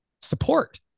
support